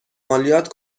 مالیات